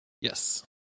Yes